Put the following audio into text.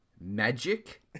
Magic